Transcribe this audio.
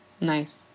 nice